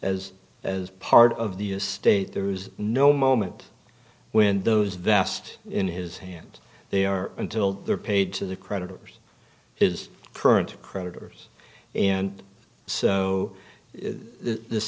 as as part of the estate there is no moment when those vast in his hand they are until they're paid to the creditors his current creditors and so this